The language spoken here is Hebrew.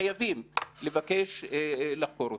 חייבים לבקש לחקור אותה.